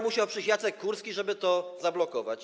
Musiał przyjść Jacek Kurski, żeby to zablokować.